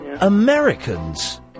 Americans